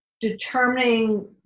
determining